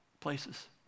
places